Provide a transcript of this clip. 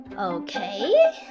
Okay